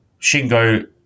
Shingo